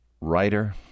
writer